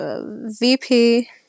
VP